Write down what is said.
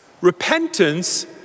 Repentance